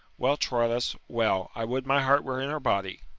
well, troilus, well! i would my heart were in her body!